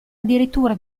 addirittura